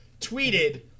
tweeted